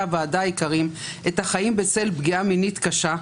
הוועדה היקרים את החיים בצל פגיעה מינית קשה,